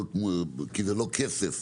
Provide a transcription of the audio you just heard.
כי זה לא כסף,